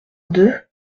deux